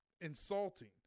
insulting